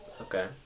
Okay